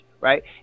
right